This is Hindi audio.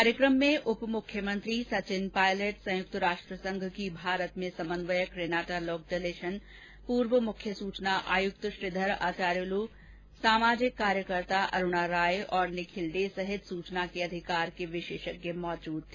कार्यक्रम में उप मुख्यमंत्री संचिन पायलट संयुक्त राष्ट्र संघ की भारत में समन्वयक रेनाटा लोक डेशालेन पूर्व मुख्य सूचना आयुक्त श्रीधर आचार्यूल सामाजिक कार्यकर्ता अरूणा राय और निखिल डे सहित सूचना के अधिकार के विॅशेषज्ञ मौजूद रहे